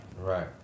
Right